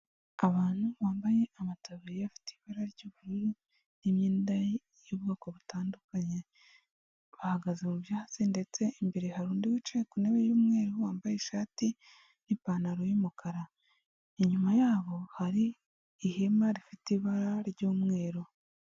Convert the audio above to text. Abantu bambaye amataburiya afite ibara ry'ubururu n'imyenda y'ubwoko butandukanye, bahagaze mu byatsi ndetse imbere hari undi wicaye ku ntebe y'umweru wambaye ishati n'ipantaro y'umukara, inyuma yabo hari ihema rifite ibara ry'umweru